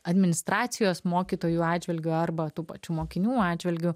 administracijos mokytojų atžvilgiu arba tų pačių mokinių atžvilgiu